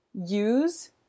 Use